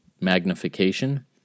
magnification